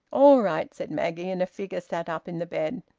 all right, said maggie and a figure sat up in the bed.